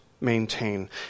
maintain